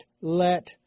let